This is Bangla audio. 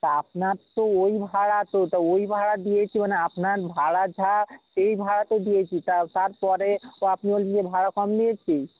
তা আপনার তো ঐ ভাড়া তো তা ঐ ভাড়া দিয়ে কি মানে আপনার ভাড়া ঝা সেই ভাড়া তো দিয়েছি তা তারপরে তো আপনিও নিজে ভাড়া কম নিয়েছি